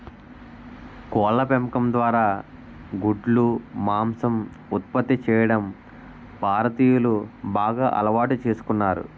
కోళ్ళ పెంపకం ద్వారా గుడ్లు, మాంసం ఉత్పత్తి చేయడం భారతీయులు బాగా అలవాటు చేసుకున్నారు